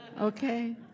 Okay